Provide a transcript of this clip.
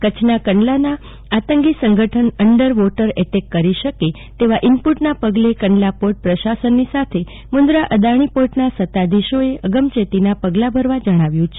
કચ્છના કંડલામાં આંતકી સંગઠન અંડર વોટર એટેક કરી શકે તેવા ઈનપુટના પગલે કંડલા પોર્ટ પ્રસાસનની સાથે મુંદરા અદાણી પોર્ટના સત્તાધીશોએ આગચેતીના પગલા ભરવા જણાવ્યુ છે